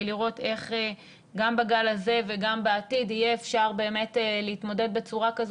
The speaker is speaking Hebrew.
לראות איך גם בגל הזה וגם בעתיד יהיה אפשר באמת להתמודד בצורה כזו